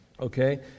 okay